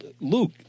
Luke